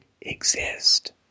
exist